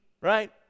right